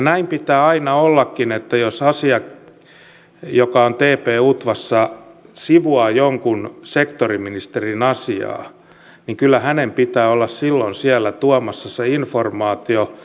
näin pitää aina ollakin että jos on asia joka tp utvassa sivuaa jonkun sektoriministerin asiaa niin kyllä hänen pitää olla silloin siellä tuomassa se informaatio